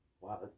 Wow